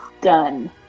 Done